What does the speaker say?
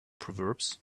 proverbs